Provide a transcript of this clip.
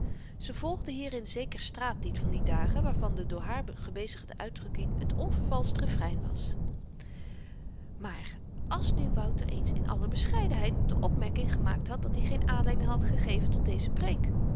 ze volgde hierin zeker straatlied van die dagen waarvan de door haar gebezigde uitdrukking t onvervalscht refrein was maar als nu wouter eens in alle bescheidenheid de opmerking gemaakt had dat-i geen aanleiding had gegeven tot deze preek